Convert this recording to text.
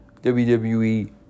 WWE